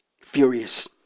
furious